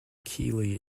keighley